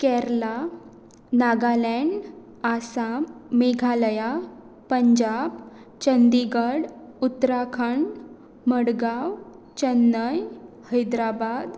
Kerala Nagaland Assam Meghalaya Punjab Chandigarh Uttarakhand Madgaon Chennai Hyderabad